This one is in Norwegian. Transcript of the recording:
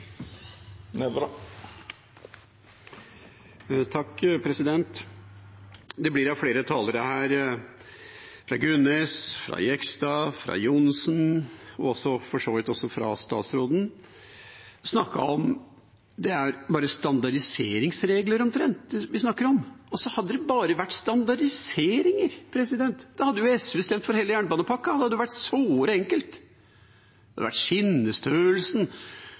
Det blir av flere talere her – fra Gunnes, fra Jegstad, fra Johnsen og for så vidt også fra statsråden – sagt at det er omtrent bare standardiseringsregler vi snakker om. Hadde det bare vært standardiseringer, hadde SV stemt for hele jernbanepakka. Det hadde vært såre enkelt om det var bare skinnestørrelsen